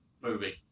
movie